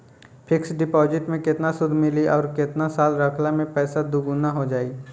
Fix deposit मे केतना सूद मिली आउर केतना साल रखला मे पैसा दोगुना हो जायी?